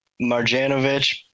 Marjanovic